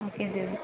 okay sir